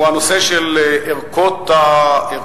היא בנושא של ערכות המגן.